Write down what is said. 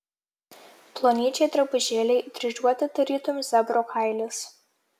plonyčiai drabužėliai dryžuoti tarytum zebro kailis